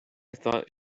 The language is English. thought